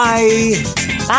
Bye